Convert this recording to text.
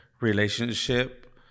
relationship